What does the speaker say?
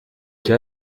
cas